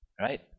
Right